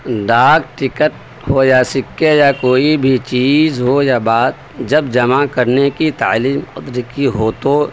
ڈاک ٹکٹ ہو یا سکے یا کوئی بھی چیز ہو یا بات جب جمع کرنے کی تعلیم کی ہوتی ہو تو